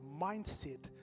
mindset